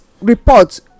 reports